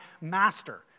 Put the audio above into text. master